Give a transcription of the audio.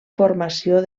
formació